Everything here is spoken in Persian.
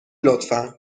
لطفا